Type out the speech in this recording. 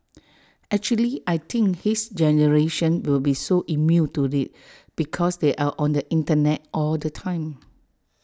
actually I think his generation will be so immune to IT because they're on the Internet all the time